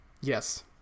Yes